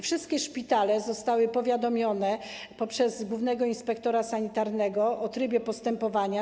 Wszystkie szpitale zostały powiadomione poprzez głównego inspektora sanitarnego o trybie postępowania.